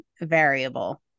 variable